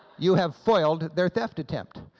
you have foiled their theft attempt.